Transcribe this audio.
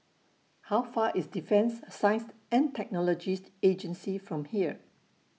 How Far IS Defence Science and Technologies Agency from here